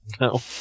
No